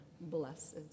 blesses